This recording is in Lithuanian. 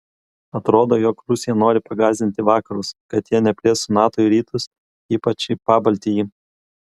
atrodo jog rusija nori pagąsdinti vakarus kad jie neplėstų nato į rytus ypač į pabaltijį